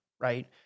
right